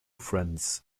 friends